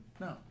No